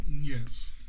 Yes